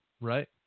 Right